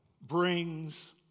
brings